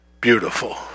beautiful